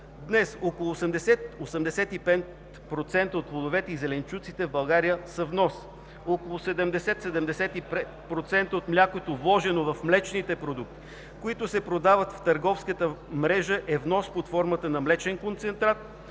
Днес около 80 – 85% от плодовете и зеленчуците в България са внос. Около 70 – 75% от млякото, вложено в млечните продукти, които се продават в търговската мрежа, е внос под формата на млечен концентрат,